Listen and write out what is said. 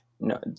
no